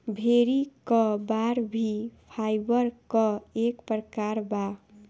भेड़ी क बार भी फाइबर क एक प्रकार बा